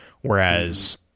whereas